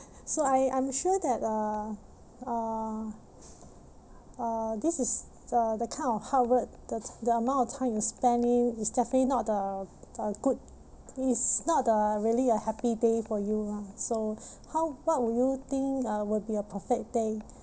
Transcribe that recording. so I I'm sure that uh uh uh this is the the kind of hard work the the the amount of time you spend in is definitely not the a good it's not a really a happy day for you lah so how what would you think uh would be a perfect day